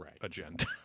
agenda